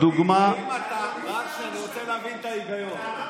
רק אני רוצה להבין את ההיגיון.